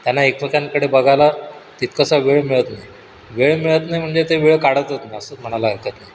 त्यांना एकमेकांकडे बघायला तितकासा वेळ मिळत नाही वेळ मिळत नाही म्हणजे ते वेळ काढतच नाही असं म्हणायला हरकत नाही